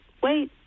wait